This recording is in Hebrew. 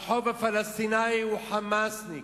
הרחוב הפלסטיני הוא "חמאסניק",